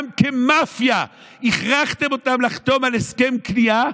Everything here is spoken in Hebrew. גם כמאפיה הכרחתם אותם לחתום על הסכם כניעה,